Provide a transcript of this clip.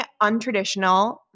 untraditional